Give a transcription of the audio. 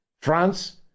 France